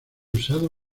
usado